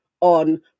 on